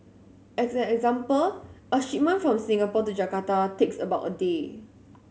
as an example a shipment from Singapore to Jakarta takes about a day